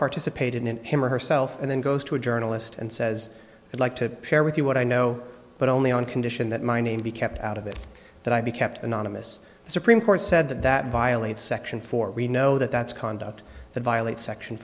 participate in him or herself and then goes to a journalist and says i'd like to share with you what i know but only on condition that my name be kept out of it that i be kept anonymous the supreme court said that that violates section four we know that that's conduct that violate section